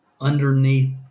underneath